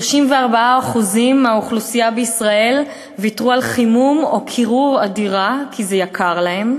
34% מהאוכלוסייה בישראל ויתרו על חימום או קירור הדירה כי זה יקר להם,